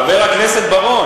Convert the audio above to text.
חבר הכנסת בר-און.